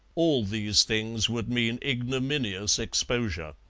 all these things would mean ignominious exposure.